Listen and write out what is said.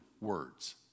words